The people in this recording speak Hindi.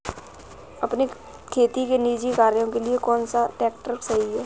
अपने खेती के निजी कार्यों के लिए कौन सा ट्रैक्टर सही है?